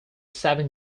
seven